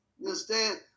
understand